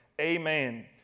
Amen